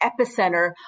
epicenter